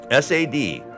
sad